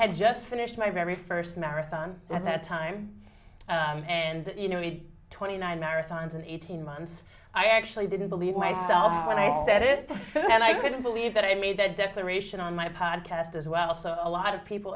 had just finished my very first marathon at that time and you know the twenty nine marathons and eighteen months i actually didn't believe myself when i said it and i couldn't believe that i made that declaration on my pod cast as well so a lot of people